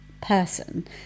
Person